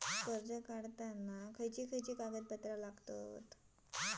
कर्ज काढताना काय काय कागदपत्रा लागतत?